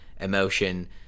emotion